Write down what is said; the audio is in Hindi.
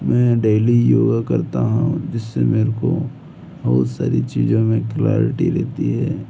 मैं डेली योगा करता हूँ जिससे मेरे को बहुत सारी चीज़ों में क्लेरिटी रहती है